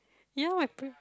ya my pre